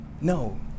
No